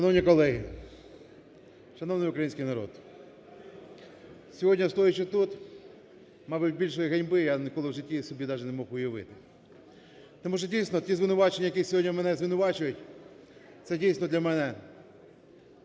Шановні колеги! Шановний український народ! Сьогодні стоячи тут, мабуть, більшої ганьби я ніколи в житті собі даже не міг уявити. Тому що дійсно ті звинувачення, в яких сьогодні в мене звинувачують, це дійсно для мене,